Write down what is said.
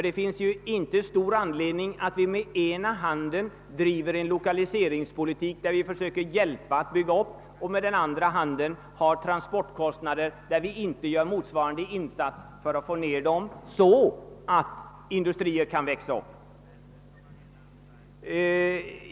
Det finns ju inte stor anledning att vi med ena handen driver en lokaliseringspolitik som innebär att vi försöker hjälpa till att bygga upp företag och med den andra handen tar ut transportkostnader utan att göra motsvarande insats för att få ned dem, så att industrier kan växa upp.